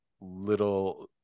little